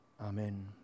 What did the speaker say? Amen